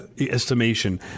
estimation